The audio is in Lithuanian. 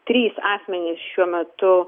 asmenys šiuo metu